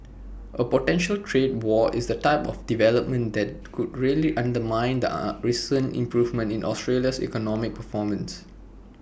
A potential trade war is the type of development that could really undermine the recent improvement in Australia's economic performance